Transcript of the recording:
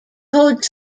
code